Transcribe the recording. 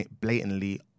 blatantly